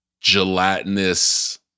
gelatinous